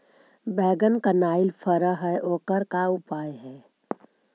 बैगन कनाइल फर है ओकर का उपाय है?